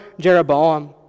Jeroboam